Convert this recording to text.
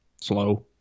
slow